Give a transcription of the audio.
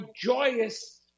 joyous